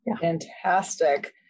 Fantastic